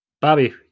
bobby